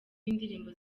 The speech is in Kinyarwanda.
w’indirimbo